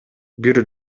бир